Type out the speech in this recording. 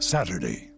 Saturday